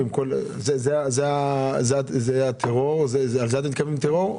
לזה אתה מתכוון בטרור?